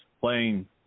playing